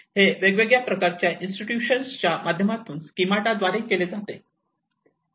हे वेगवेगळ्या इन्स्टिट्यूशन च्या माध्यमातून स्कीमाटाद्वारे केले जाते